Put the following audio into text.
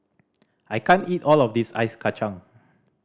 I can't eat all of this Ice Kachang